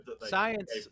Science